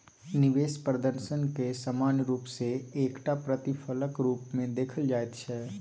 निवेश प्रदर्शनकेँ सामान्य रूप सँ एकटा प्रतिफलक रूपमे देखल जाइत छै